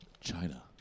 China